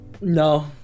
No